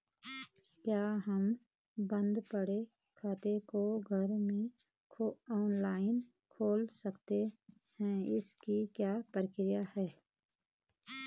क्या हम बन्द पड़े खाते को घर में ऑनलाइन खोल सकते हैं इसकी क्या प्रक्रिया है?